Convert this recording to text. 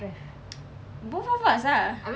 both of us ah